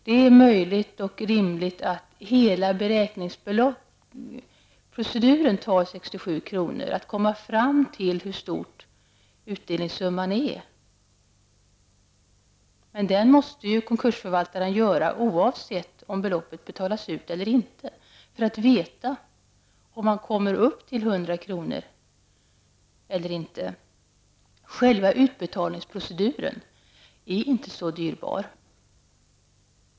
Det är möjligt och rimligt att hela proceduren, att komma fram till hur stor utdelningsumman är, kostar 67 kr. Men det måste konkursförvaltaren göra oavsett om beloppet betalas ut eller inte för att veta om man kommer upp till 100 kr. eller inte. Själva utbetalningsproceduren är inte så dyr.